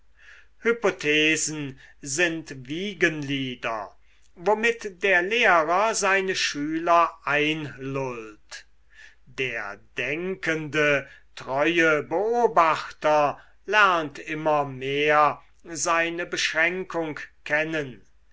hypothesen sind wiegenlieder womit der lehrer seine schüler einlullt der denkende treue beobachter lernt immer mehr seine beschränkung kennen